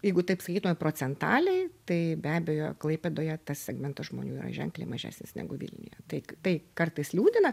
jeigu taip sakytume procentaliai tai be abejo klaipėdoje tas segmentas žmonių yra ženkliai mažesnis negu vilniuje tai tai kartais liūdina